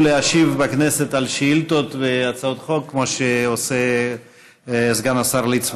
להשיב בכנסת על שאילתות והצעות חוק כמו שעושה סגן השר ליצמן.